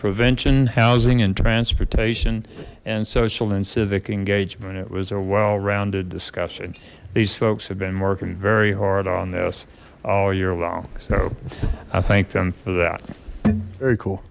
prevention housing and transportation and social and civic engagement it was a well rounded discussion these folks have been working very hard on this all year long so i thank them for that very cool